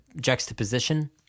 Juxtaposition